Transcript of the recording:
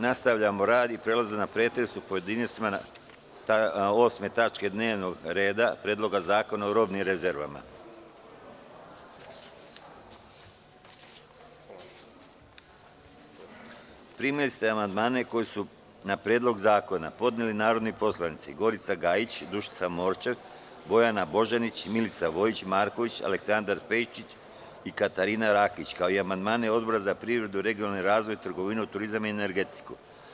Nastavljamo rad i prelazimo na pretres u pojedinostima osme tačke dnevnog reda - PREDLOG ZAKONA O ROBNIM REZERVAMA Primili ste amandmane koji su na Predlog zakona podneli narodni poslanici: Gorica Gajić, Dušica Morčev, Bojana Božanić, Milica Vojić Marković, Aleksandar Pejčić i Katarina Rakić, kao i amandmane Odbora za privredu, regionalni razvoj, trgovinu, turizam i energetiku.